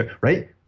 right